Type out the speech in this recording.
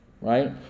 right